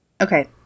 Okay